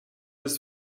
ist